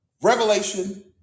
Revelation